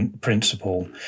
Principle